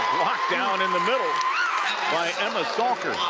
lockdown in the middle by emma so